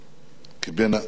כבן הארץ,